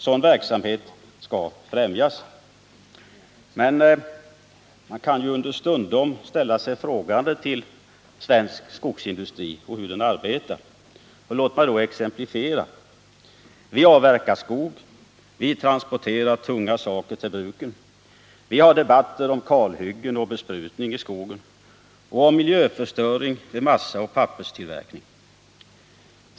Men man kan understundom ställa sig frågande till svensk skogsindustri och till hur den arbetar. Lat mig exemplifiera detta. Vi avverkar skog. och vi transporterar tunga saker till bruken. Vi har massaoch papperstillverkningen.